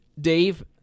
Dave